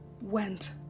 went